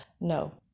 No